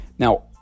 Now